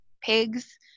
pigs